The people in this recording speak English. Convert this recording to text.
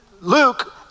Luke